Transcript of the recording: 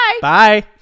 Bye